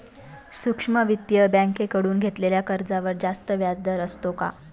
सूक्ष्म वित्तीय बँकेकडून घेतलेल्या कर्जावर जास्त व्याजदर असतो का?